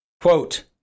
Quote